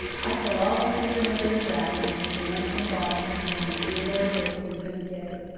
i shall always be remembered in grafton as the man from boston who wanted theodora dix and couldn't get her.